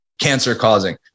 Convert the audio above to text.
cancer-causing